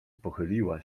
pochyliła